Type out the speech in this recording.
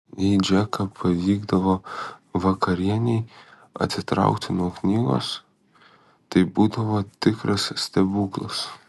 jei džeką pavykdavo vakarienei atitraukti nuo knygos tai būdavo tikras stebuklas